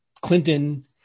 Clinton